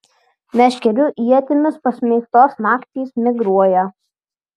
meškerių ietimis pasmeigtos naktys migruoja